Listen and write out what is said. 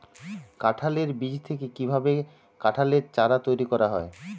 কাঁঠালের বীজ থেকে কীভাবে কাঁঠালের চারা তৈরি করা হয়?